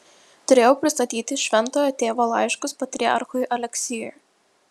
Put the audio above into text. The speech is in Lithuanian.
turėjau pristatyti šventojo tėvo laiškus patriarchui aleksijui